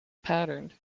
patterned